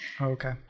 Okay